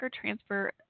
transfer